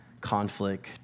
conflict